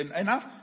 enough